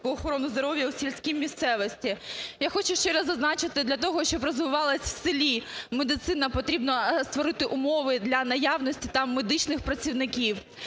охорони здоров'я у сільській місцевості. Я хочу ще раз зазначити: для того, щоб розвивалася в селі медицина, потрібно створити умови для наявності там медичних працівників.